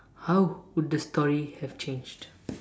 how would the story have changed